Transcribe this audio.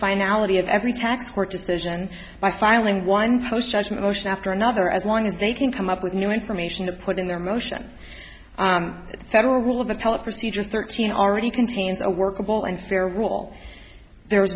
finality of every tax court decision by filing one post judgment motion after another as long as they can come up with new information to put in their motion federal rule of appellate procedure thirteen already contains a workable and fair rule there was